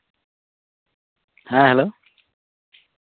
ᱦᱮᱸ ᱦᱮᱞᱳ